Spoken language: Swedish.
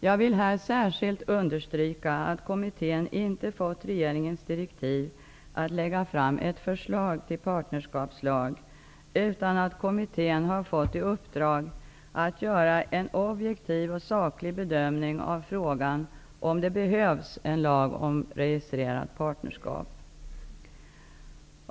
Jag vill här särskilt understryka att kommittén inte fått regeringens direktiv att lägga fram ett förslag till partnerskapslag, utan att kommittén har fått i uppdrag att göra en objektiv och saklig bedömning av frågan om det behövs en lag om registrerat partnerskap.